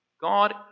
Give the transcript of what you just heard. God